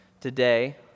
today